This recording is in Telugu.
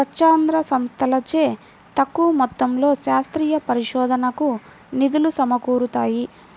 స్వచ్ఛంద సంస్థలచే తక్కువ మొత్తంలో శాస్త్రీయ పరిశోధనకు నిధులు సమకూరుతాయి